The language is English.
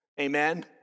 amen